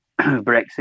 Brexit